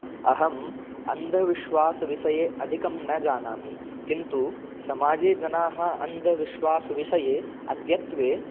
अहम् अन्धविश्वासविषये अधिकं न जानामि किन्तु समाजे जनाः अन्धविश्वासविषये अद्यत्वे